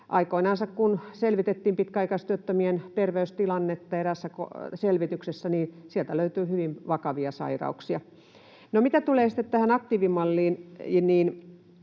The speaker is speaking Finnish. aikoinansa kun selvitettiin pitkäaikaistyöttömien terveystilannetta eräässä selvityksessä, niin sieltä löytyi hyvin vakavia sairauksia. No, mitä tulee sitten